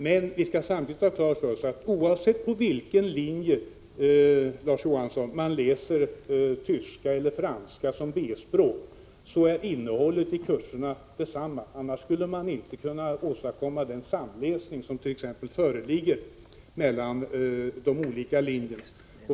Men vi skall samtidigt ha klart för oss att oavsett på vilken linje man läser t.ex. tyska eller franska som B-språk är innehållet i kurserna detsamma. Annars skulle man inte kunna åstadkomma den samläsning som föreligger mellan olika linjer.